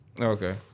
Okay